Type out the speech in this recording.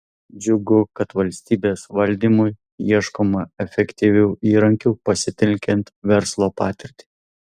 džiugu kad valstybės valdymui ieškoma efektyvių įrankių pasitelkiant verslo patirtį